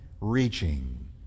reaching